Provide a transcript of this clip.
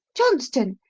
johnston!